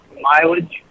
mileage